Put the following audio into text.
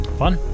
fun